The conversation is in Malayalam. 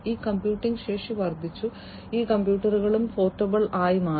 ഈ കമ്പ്യൂട്ടിംഗ് ശേഷി വർദ്ധിച്ചു ഈ കമ്പ്യൂട്ടറുകളും പോർട്ടബിൾ ആയി മാറി